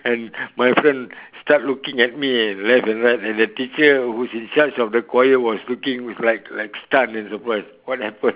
and my friend start looking at me left and right and the teacher who's in charge of the choir was looking like like stunned and surprise what happened